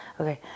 Okay